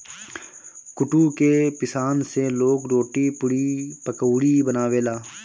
कुटू के पिसान से लोग रोटी, पुड़ी, पकउड़ी बनावेला